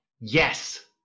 Yes